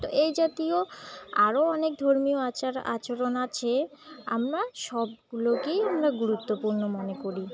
তো এই জাতীয় আরও অনেক ধর্মীয় আচার আচরণ আছে আমরা সবগুলোকেই আমরা গুরুত্বপূর্ণ মনে করি